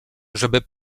żeby